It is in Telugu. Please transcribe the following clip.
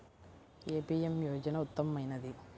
ఏ పీ.ఎం యోజన ఉత్తమమైనది?